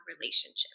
relationship